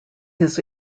his